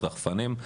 רחפנים.